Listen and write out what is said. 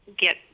get